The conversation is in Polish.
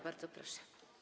Bardzo proszę.